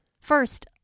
First